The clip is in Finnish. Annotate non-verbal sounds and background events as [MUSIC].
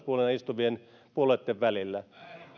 [UNINTELLIGIBLE] puolella istuvien puolueitten välillä